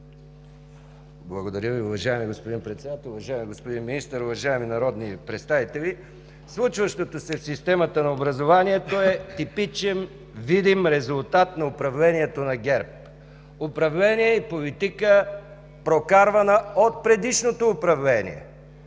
Благодаря Ви, уважаеми господин Председател. Уважаеми господин Министър, уважаеми народни представители! Случващото се в системата на образованието е типичен видим резултат на управлението на ГЕРБ – управление и политика, прокарвана от предишното управление,